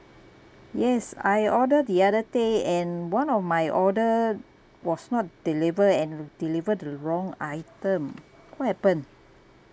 yes I order the other day and one of my order was not deliver and deliver the wrong item what happened